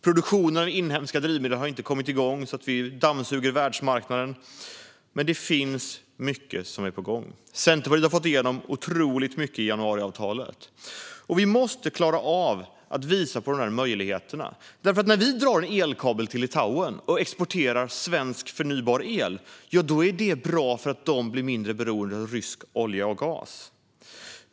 Produktionen av inhemska biodrivmedel har inte kommit igång, så vi dammsuger världsmarknaden. Men mycket är på gång. Centerpartiet har fått igenom otroligt mycket i januariavtalet. Vi måste klara av att visa på möjligheterna. När vi drar en elkabel till Litauen och exporterar svensk förnybar el är det bra för att de blir mindre beroende av rysk olja och gas.